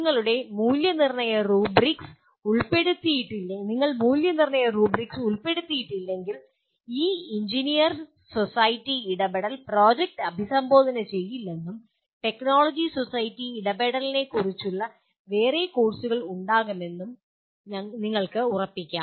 നിങ്ങൾ മൂല്യനിർണ്ണയ റൂബ്രിക്സ് ഉൾപ്പെടുത്തിയിട്ടില്ലെങ്കിൽ ഈ എഞ്ചിനീയർ സൊസൈറ്റി ഇടപെടൽ പ്രോജക്ട് അഭിസംബോധന ചെയ്യില്ലെന്നും ടെക്നോളജി സൊസൈറ്റി ഇടപെടലിനെക്കുറിച്ചുള്ള വേറെ കോഴ്സുകൾ ഉണ്ടാകാമെന്നും നിങ്ങൾക്ക് ഉറപ്പിക്കാം